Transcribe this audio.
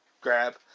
grab